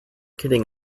kidding